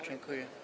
Dziękuję.